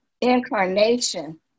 Incarnation